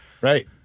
Right